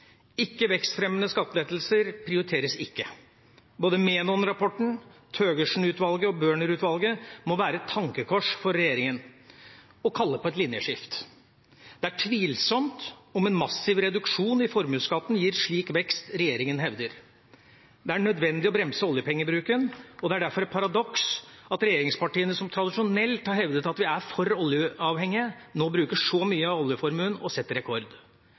Ikke- vekstfremmende skattelettelser prioriteres ikke. Både Menon-rapporten og rapportene fra Thøgersen-utvalget og Børmer-utvalget må være et tankekors for regjeringen og kalle på et linjeskift. Det er tvilsomt om en massiv reduksjon i formuesskatten gir slik vekst regjeringen hevder. Det er nødvendig å bremse oljepengebruken, og det er derfor et paradoks at regjeringspartiene, som tradisjonelt har hevdet at vi er for oljeavhengige, nå bruker så mye av oljeformuen og setter rekord.